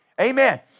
Amen